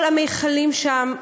כל המכלים שם,